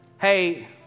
Hey